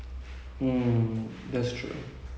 but how well they can um